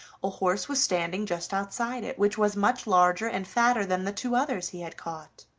a horse was standing just outside it, which was much larger and fatter than the two others he had caught.